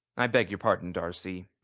i beg your pardon, darcy.